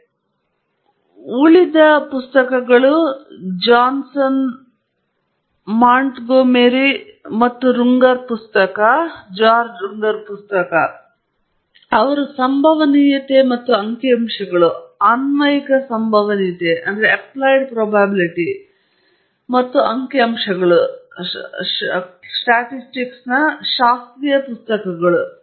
ಮತ್ತು ಉಳಿದ ಮೂರು ಕನಿಷ್ಠ ಜಾನ್ಸನ್ ಮತ್ತು ಮಾಂಟ್ಗೊಮೆರಿ ಮತ್ತು ರುಂಗರ್ ಪುಸ್ತಕ ಅವರು ಸಂಭವನೀಯತೆ ಮತ್ತು ಅಂಕಿಅಂಶಗಳು ಅನ್ವಯಿಕ ಸಂಭವನೀಯತೆ ಮತ್ತು ಅಂಕಿಅಂಶಗಳು ಶಾಸ್ತ್ರೀಯ ಪುಸ್ತಕಗಳು